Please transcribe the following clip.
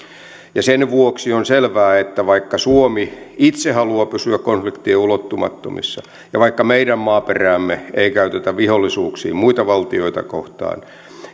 ja sen vuoksi on selvää että vaikka suomi itse haluaa pysyä konfliktien ulottumattomissa ja vaikka meidän maaperäämme ei käytetä vihollisuuksiin muita valtioita kohtaan